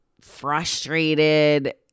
frustrated